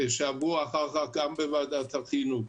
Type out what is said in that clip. שעברו אחר-כך גם בוועדת החינוך.